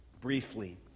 briefly